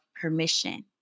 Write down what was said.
permission